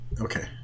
Okay